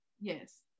yes